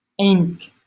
inc